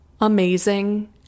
amazing